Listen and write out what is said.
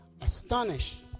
astonished